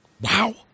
Wow